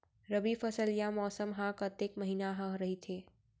रबि फसल या मौसम हा कतेक महिना हा रहिथे?